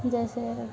जैसे अब